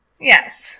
Yes